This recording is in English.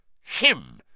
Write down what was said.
Him